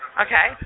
Okay